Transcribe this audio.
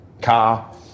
car